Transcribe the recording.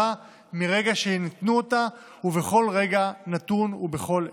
מרגע שנתנו אותה ובכל רגע נתון ובכל עת.